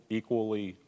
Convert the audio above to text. equally